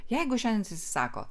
jeigu šiandien jisai sako